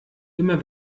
immer